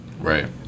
Right